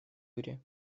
юре